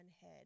head